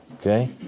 okay